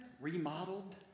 remodeled